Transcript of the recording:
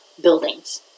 buildings